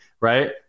Right